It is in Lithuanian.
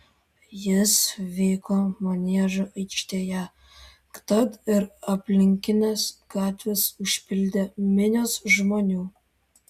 jis vyko maniežo aikštėje tad ir aplinkines gatves užpildė minios žmonių